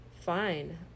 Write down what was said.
fine